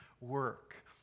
work